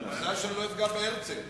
רק שאני לא אפגע בהרצל.